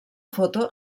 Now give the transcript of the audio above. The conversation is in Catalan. foto